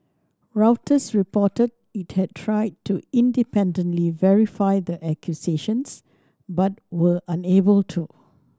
Reuters reported it had tried to independently verify the accusations but were unable to